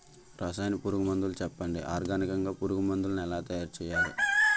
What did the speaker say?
రసాయన పురుగు మందులు చెప్పండి? ఆర్గనికంగ పురుగు మందులను ఎలా తయారు చేయాలి?